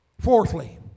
Fourthly